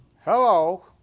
Hello